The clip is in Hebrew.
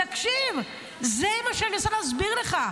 תקשיב, זה מה שאני מנסה להסביר לך.